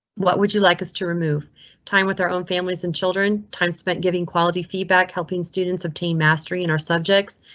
what would you like us to remove time with our own families and children? time spent giving quality feedback, helping students obtain mastery in our subjects.